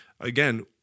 again